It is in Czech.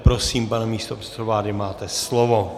Prosím, pane místopředsedo vlády, máte slovo.